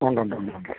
ഉണ്ടുണ്ടുണ്ടുണ്ട്